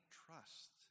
trust